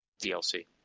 DLC